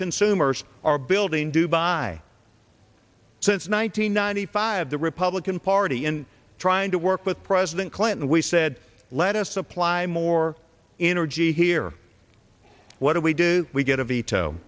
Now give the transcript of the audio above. consumers are building dubai since one nine hundred ninety five the republican party in trying to work with president clinton we said let us supply more energy here what do we do we get a veto